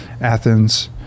Athens